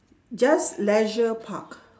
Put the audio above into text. just leisure park